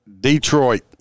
Detroit